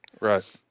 Right